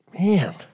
man